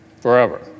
forever